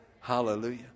Hallelujah